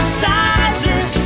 sizes